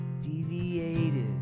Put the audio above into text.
deviated